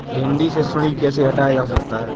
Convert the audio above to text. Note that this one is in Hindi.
भिंडी से सुंडी कैसे हटाया जा सकता है?